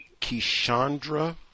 Kishandra